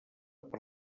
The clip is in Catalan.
per